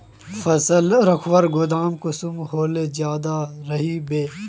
फसल रखवार गोदाम कुंसम होले ज्यादा अच्छा रहिबे?